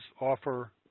offer